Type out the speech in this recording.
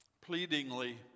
pleadingly